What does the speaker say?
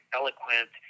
eloquent